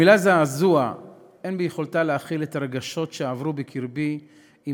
המילה זעזוע אין ביכולתה להכיל את הרגשות שעברו בקרבי עם